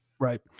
Right